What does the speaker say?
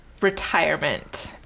retirement